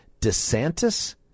DeSantis